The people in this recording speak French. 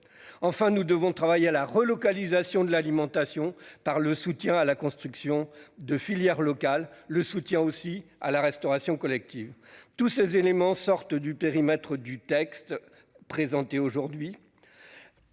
Enfin, nous devons travailler à la relocalisation de l'alimentation par le soutien à la construction de filières locales et à la restauration collective. Tous ces éléments sortent du périmètre du texte que nous examinons aujourd'hui.